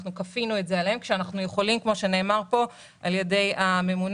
אנחנו כפינו את זה עליהם וכמו שנאמר כאן על ידי הממונה,